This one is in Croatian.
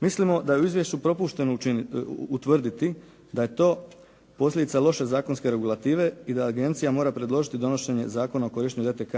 Mislimo da je u izvješću propušteno utvrditi da je to posljedica loše zakonske regulative i da agencija mora predložiti donošenje zakona o korištenju DTK.